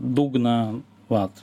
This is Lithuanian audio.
dugną vat